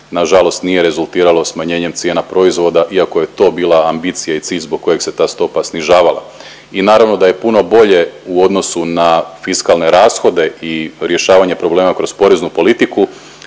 na žalost nije rezultiralo smanjenjem cijena proizvoda iako je to bila ambicija i cilj zbog kojeg se ta stopa snižavala. I naravno da je puno bolje u odnosu na fiskalne rashode i rješavanje problema kroz poreznu politiku